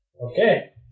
Okay